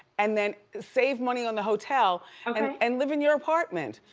and then save money on the hotel um and and live in your apartment.